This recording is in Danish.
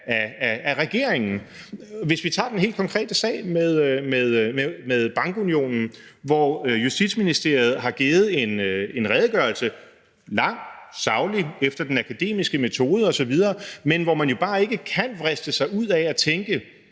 af regeringen. Lad os tage den helt konkrete sag om bankunionen, hvor Justitsministeriet har givet en redegørelse, som er lang og saglig og efter den akademiske metode osv. Men man kan jo bare ikke lade være med at tænke,